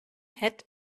had